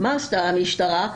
מה עשתה המשטרה?